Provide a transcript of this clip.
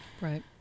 Right